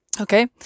Okay